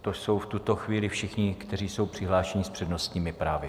To jsou v tuto chvíli všichni, kteří jsou přihlášeni s přednostními právy.